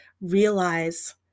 realize